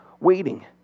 waiting